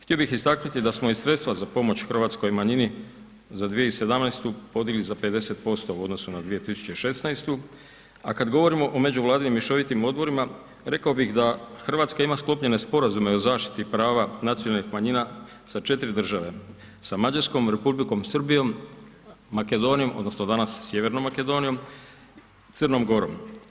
Htio bih istaknuti da smo i sredstva za pomoć hrvatskoj manjini za 2017. podigli za 50% u odnosu na 2016. a kad govorimo o međuvladinim mješovitim odborima, rekao bih da Hrvatska ima sklopljene sporazume o zaštiti prava nacionalnih manjina sa 4 države, sa Mađarskom, Republikom Srbijom, Makedonijom odnosno danas Sjevernom Makedonijom, Crnom Gorom.